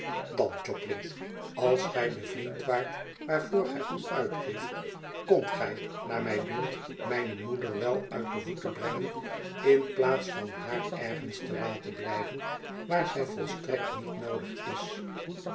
dan jobling als gij de vriend waart waarvoor gij u uitgeeft kondt gij naar mij dunkt mijne moeder wel uit de voeten brengen in plaats van haar ergens te laten blijven waar zij volstrekt niet noodig is